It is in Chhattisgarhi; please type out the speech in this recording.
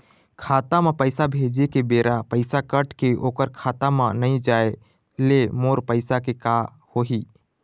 खाता म पैसा भेजे के बेरा पैसा कट के ओकर खाता म नई जाय ले मोर पैसा के का होही?